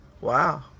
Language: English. Wow